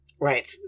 Right